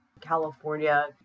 California